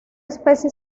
especie